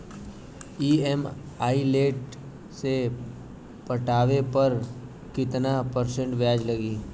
EMI late से पटावे पर कितना परसेंट ब्याज लगी?